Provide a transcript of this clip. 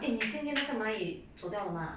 eh 你今天那个蚂蚁煮掉了吗